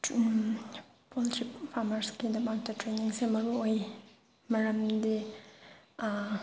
poultry ꯐꯥꯔꯃꯔꯁꯀꯤꯗꯃꯛꯇ ꯇ꯭ꯔꯦꯅꯤꯡꯁꯦ ꯃꯔꯨ ꯑꯣꯏ ꯃꯔꯝꯗꯤ